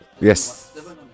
Yes